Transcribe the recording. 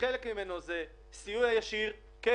שחלק ממנו הוא סיוע ישיר של המדינה,